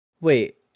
Wait